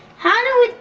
how do